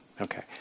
Okay